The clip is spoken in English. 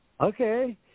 Okay